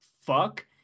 fuck